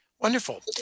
Wonderful